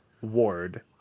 ward